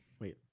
Wait